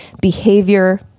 behavior